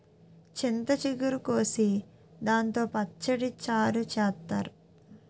చింత చిగురు కోసి దాంతో పచ్చడి, చారు చేత్తారు